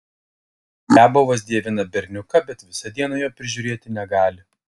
riabovas dievina berniuką bet visą dieną jo prižiūrėti negali